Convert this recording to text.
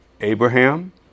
Abraham